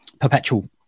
perpetual